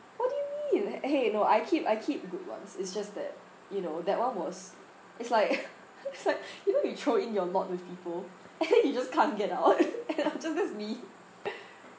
what do you mean !hey! no I keep I keep good ones it's just that you know that one was it's like it's like you know you throw in your lot with people and then you just can't get out and I'm just just me